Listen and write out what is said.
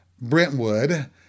Brentwood